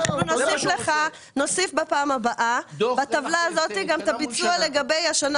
אנחנו נוסיף בפעם הבאה בטבלה הזאת גם את הביצוע לגבי השנה